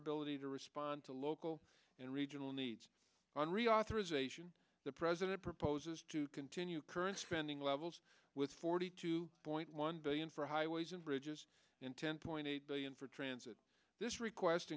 ability to respond to local and regional needs on reauthorization the president proposes to continue current spending levels with forty two point one billion for highways and bridges and ten point eight billion for transit this request